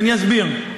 ואני אסביר.